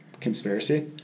Conspiracy